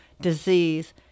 disease